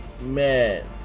Man